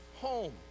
home